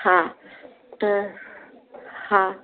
हा त हा